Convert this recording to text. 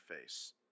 face